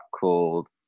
called